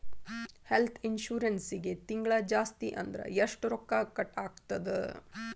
ಹೆಲ್ತ್ಇನ್ಸುರೆನ್ಸಿಗೆ ತಿಂಗ್ಳಾ ಜಾಸ್ತಿ ಅಂದ್ರ ಎಷ್ಟ್ ರೊಕ್ಕಾ ಕಟಾಗ್ತದ?